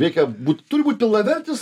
reikia būt turi būt pilnavertis